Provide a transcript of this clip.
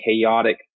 chaotic